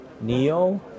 Neo